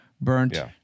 burnt